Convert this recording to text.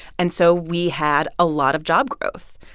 and so we had a lot of job growth.